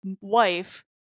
wife